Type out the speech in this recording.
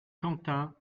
quentin